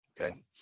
okay